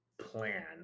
plan